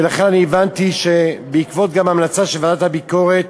לכן הבנתי שבעקבות המלצה של ועדת הביקורת